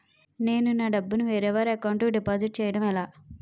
నేను నా డబ్బు ని వేరే వారి అకౌంట్ కు డిపాజిట్చే యడం ఎలా?